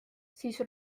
siis